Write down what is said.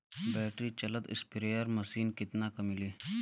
Battery चलत sprayer machine कितना क मिली?